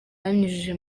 abinyujije